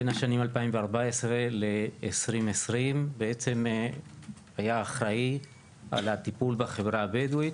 בין השנים 2014 2020 בעצם היה אחראי על הטיפול בחברה הבדואית.